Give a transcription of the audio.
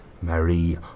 Marie